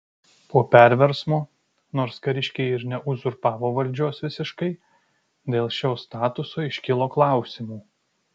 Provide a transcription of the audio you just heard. po perversmo nors kariškiai ir neuzurpavo valdžios visiškai dėl šio statuso iškilo klausimų